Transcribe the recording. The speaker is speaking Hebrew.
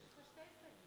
לעתני יש ממש הסתייגות.